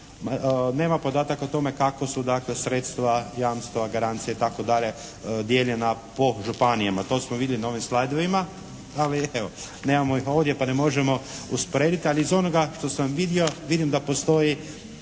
nema podataka o tome kako su dakle sredstva, jamstva, garancije i tako dalje dijeljena po županijama. To smo vidjeli na ovim slajdovima, ali evo, nemamo ih ovdje pa ne možemo usporediti ali iz onoga što sam vidio vidim da postoji